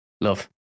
Love